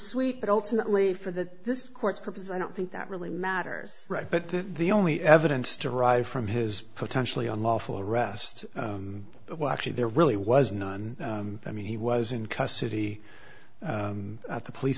suite but ultimately for the this court's purpose i don't think that really matters right but the only evidence derived from his potentially unlawful arrest well actually there really was none i mean he was in custody at the police